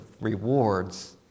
rewards